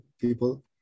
people